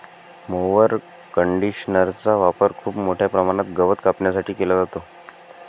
mower कंडिशनरचा वापर खूप मोठ्या प्रमाणात गवत कापण्यासाठी केला जातो